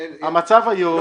המצב היום הוא